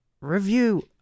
review